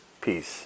Peace